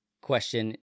question